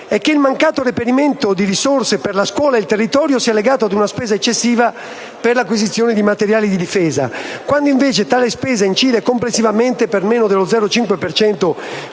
e che il mancato reperimento di risorse per la scuola e il territorio sia legato a una spesa eccessiva per l'acquisizione di materiali di difesa, quando invece tale spesa incide complessivamente per meno dello 0,5